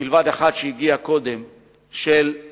מלבד אחת שהגיעה קודם, אמה.